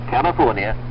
California